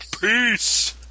Peace